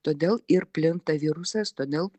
todėl ir plinta virusas todėl